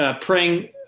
Praying